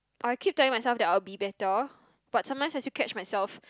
I keep telling myself that I will be better but sometimes I still catch myself